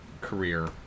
career